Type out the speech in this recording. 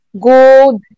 go